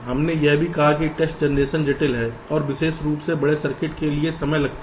हमने यह भी कहा कि टेस्ट जनरेशन जटिल है और विशेष रूप से बड़े सर्किट के लिए समय लगता है